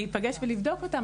להיפגש ולבדוק אותם,